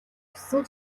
хүссэн